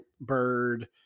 Bird